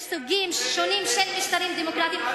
יש סוגים שונים של משטרים דמוקרטיים,